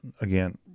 again